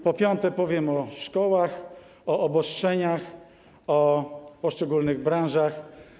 Po piąte, powiem o szkołach, o obostrzeniach, o poszczególnych branżach.